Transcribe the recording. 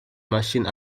machine